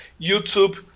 YouTube